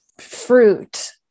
fruit